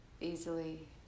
easily